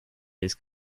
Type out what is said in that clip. his